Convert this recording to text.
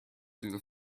through